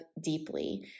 deeply